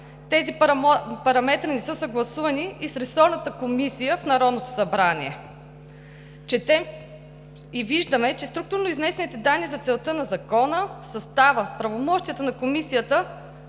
Тези параметри не са съгласувани и с ресорната комисия в Народното събрание. Четем и виждаме, че структурно изнесените данни за целта на Закона, състава, правомощията на Комисията,